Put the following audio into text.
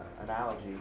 analogy